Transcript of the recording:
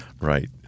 Right